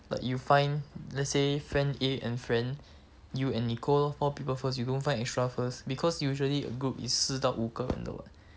like you find let's say friend A and friend you and nicole lor four people first you don't find extra first because usually a group is 四到五个人的 [what]